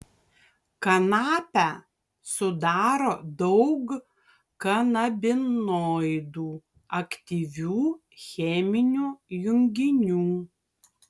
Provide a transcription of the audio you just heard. kanapę sudaro daug kanabinoidų aktyvių cheminių junginių